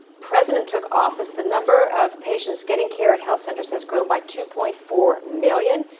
president took office the number of patients getting care at health centers has grown by two point four million,